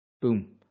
Boom